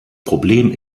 problem